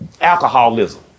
Alcoholism